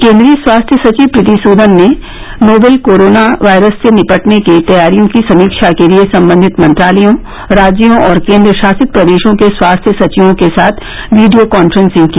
केंद्रीय स्वास्थ्य सचिव प्रीति सूदन ने नोवेल कोरोना वायरस से निपटने की तैयारियों की समीक्षा के लिए संबंधित मंत्रालयों राज्यों और केंद्रशासित प्रदेशों के स्वास्थ्य सचिवों के साथ वीडियो कॉफ्रेंस की